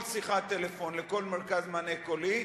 כל שיחת טלפון לכל מרכז מענה קולי,